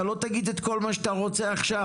אתה לא תגיד את כל מה שאתה רוצה עכשיו.